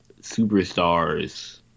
superstars